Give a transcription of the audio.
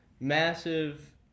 massive